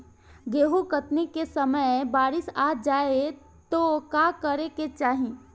गेहुँ कटनी के समय बारीस आ जाए तो का करे के चाही?